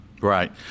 Right